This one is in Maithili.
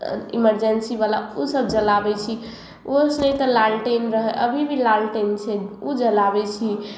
इमरजेन्सी बला ओ सब जलाबै छी ओहो से नहि तऽ लालटेन रहै अभी भी लालटेन छै ओ जलाबै छी